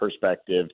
perspective